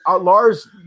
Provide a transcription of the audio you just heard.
Lars